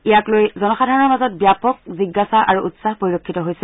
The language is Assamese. ইয়াক লৈ জনসাধাৰণৰ মাজত ব্যাপক জিজ্ঞাসা আৰু উৎসাহ পৰিলক্ষিত হৈছে